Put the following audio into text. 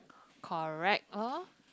correct loh